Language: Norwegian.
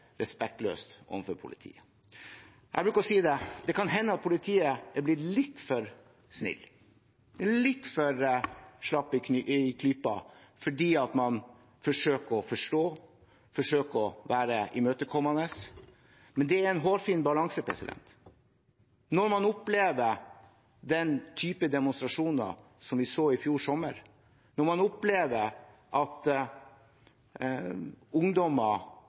respektløst overfor politiet. Jeg bruker å si at det kan hende at politiet er blitt litt for snille, litt for slappe i klypa, fordi man forsøker å forstå, forsøker å være imøtekommende. Men det er en hårfin balanse. Når man opplever den typen demonstrasjoner som vi så i fjor sommer, når man opplever at ungdommer